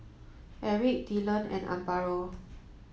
Erick Dylon and Amparo